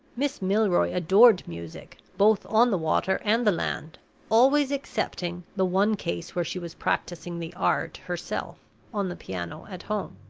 miss milroy adored music, both on the water and the land always excepting the one case when she was practicing the art herself on the piano at home.